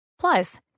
Plus